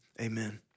Amen